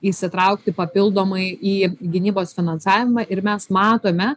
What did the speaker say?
įsitraukti papildomai į gynybos finansavimą ir mes matome